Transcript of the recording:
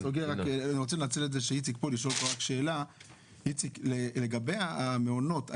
אני רוצה לשאול שאלה לגבי המעונות.